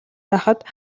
байхад